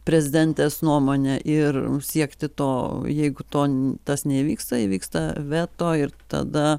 prezidentės nuomonę ir siekti to jeigu ton tas neįvyksta įvyksta veto ir tada